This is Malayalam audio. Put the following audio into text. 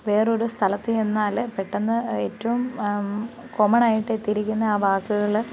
വേറൊരു സ്ഥലത്ത് ചെന്നാല് പെട്ടെന്ന് ഏറ്റവും കോമൺ ആയിട്ട് കേട്ടിരിക്കുന്ന ആ വാക്ക്കള്